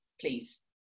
please